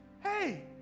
hey